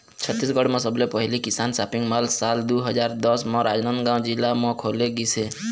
छत्तीसगढ़ म सबले पहिली किसान सॉपिंग मॉल साल दू हजार दस म राजनांदगांव जिला म खोले गिस हे